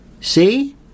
see